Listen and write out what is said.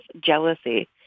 jealousy